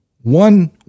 one